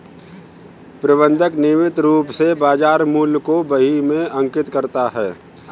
प्रबंधक नियमित रूप से बाज़ार मूल्य को बही में अंकित करता है